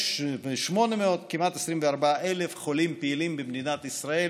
23,800, כמעט 24,000 חולים פעילים במדינת ישראל.